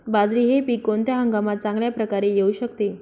बाजरी हे पीक कोणत्या हंगामात चांगल्या प्रकारे येऊ शकते?